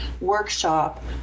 workshop